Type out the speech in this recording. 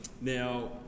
Now